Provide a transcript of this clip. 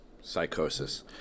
Psychosis